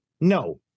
No